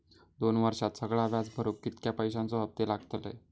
दोन वर्षात सगळा व्याज भरुक कितक्या पैश्यांचे हप्ते लागतले?